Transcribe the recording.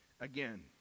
again